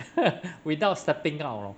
without stepping out you know